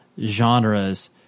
genres